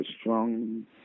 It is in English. strong